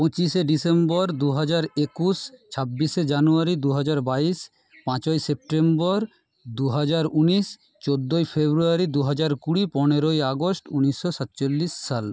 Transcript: পঁচিশে ডিসেম্বর দুহাজার একুশ ছাব্বিশে জানুয়ারি দুহাজার বাইশ পাঁচই সেপ্টেম্বর দুহাজার উনিশ চোদ্দই ফেব্রুয়ারি দুহাজার কুড়ি পনেরোই আগস্ট উনিশশো সাতচল্লিশ সাল